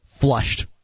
flushed